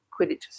Quidditch